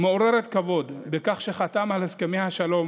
מעוררת כבוד בכך שחתם על הסכמי השלום